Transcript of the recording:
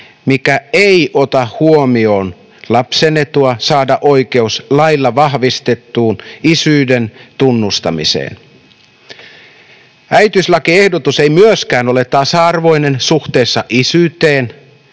mikä ei ota huomioon lapsen etua saada oikeus lailla vahvistettuun isyyden tunnustamiseen. Äitiyslakiehdotus ei myöskään ole tasa-arvoinen suhteessa isyyteen,